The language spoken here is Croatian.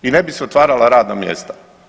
I ne bi se otvarala radna mjesta.